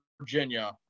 Virginia